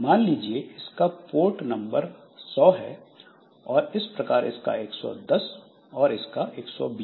मान लीजिए इसका पोर्ट नंबर 100 है और इस प्रकार इसका 110 और इसका 120